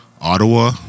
Ottawa